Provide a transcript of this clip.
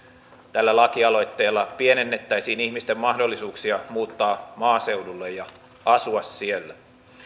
tällä lakialoitteella pienennettäisiin ihmisten mahdollisuuksia muuttaa maaseudulle ja asua siellä